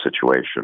situation